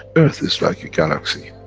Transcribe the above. earth is like a galaxy,